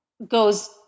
goes